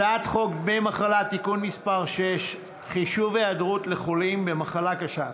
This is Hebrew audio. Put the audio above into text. הצעת חוק דמי מחלה (תיקון מס' 6) (חישוב היעדרות לחולים במחלה קשה),